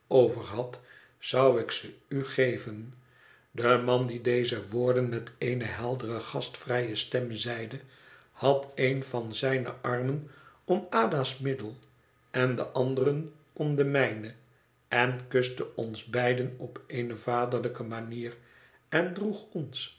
over had zou ik ze u geven de man die deze woorden met eene heldere gastvrije stem zeide had een van zijne armen om ada's middel en den anderen om de mijne en kuste ons beiden op eene vaderlijke manier en droeg ons